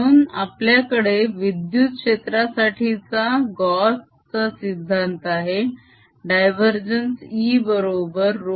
म्हणून आपल्याकडे विद्युत क्षेत्रासाठीचा गॉस चा सिद्धांत आहे डायवरजेन्स E बरोबर ρε0